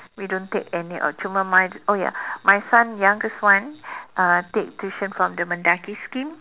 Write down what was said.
we don't take any of cuma my oh ya my son youngest one uh take tuition from the Mendaki scheme